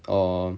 or